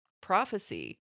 prophecy